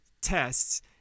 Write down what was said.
tests